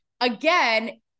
again